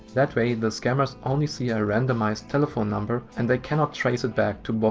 that way the scammers only see a randomized telephone number and they cannot trace it back to but